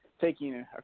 taking